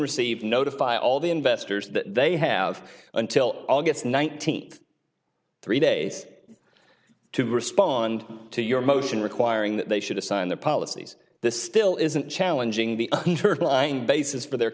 received notify all the investors that they have until august nineteenth three days to respond to your motion requiring that they should assign their policies this still isn't challenging the basis for their